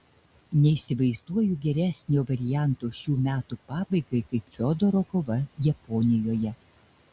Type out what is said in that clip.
neįsivaizduoju geresnio varianto šių metų pabaigai kaip fiodoro kova japonijoje